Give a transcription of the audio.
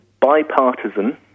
bipartisan